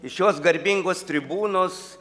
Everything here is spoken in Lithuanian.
iš šios garbingos tribūnos